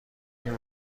این